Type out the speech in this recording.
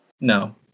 No